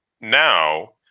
Now